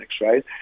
right